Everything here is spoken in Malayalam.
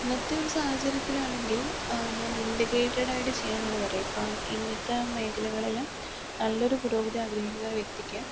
ഇന്നത്തെ ഒരു സാഹചര്യത്തിലാണെങ്കിൽ ഞാൻ ഇന്റെഗ്രേറ്റടായിട്ട് ഇപ്പോൾ ഇങ്ങനത്തെ മേഖലകളിൽ നല്ലൊരു പുരോഗതി ആഗ്രഹിക്കുന്ന വ്യക്തിക്ക്